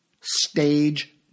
stage